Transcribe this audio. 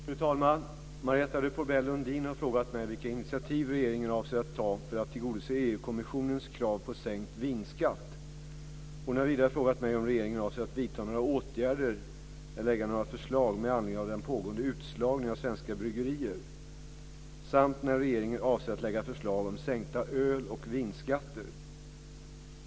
Fru talman! Marietta de Pourbaix-Lundin har frågat mig vilka initiativ regeringen avser att ta för att tillgodose EU-kommissionens krav på sänkt vinskatt. Hon har vidare frågat mig om regeringen avser att vidta några åtgärder eller lägga fram några förslag med anledning av den pågående utslagningen av svenska bryggerier samt när regeringen avser att lägga fram förslag om sänkta öl och vinskatter.